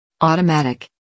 automatic